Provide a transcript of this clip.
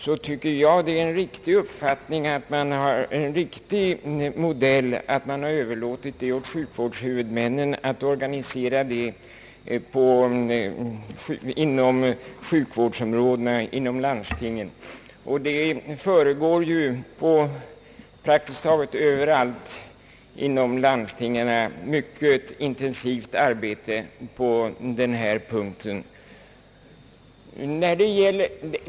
Jag tycker att det är en riktig modell att man har överlåtit åt sjukvårdshuvudmännen att organisera detta inom landstingens sjukvårdsområden. Det förekommer praktiskt taget överallt inom landstingen ett mycket intensivt arbete på denna punkt.